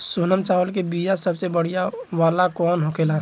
सोनम चावल के बीया सबसे बढ़िया वाला कौन होखेला?